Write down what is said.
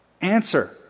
Answer